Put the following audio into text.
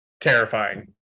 terrifying